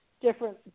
Different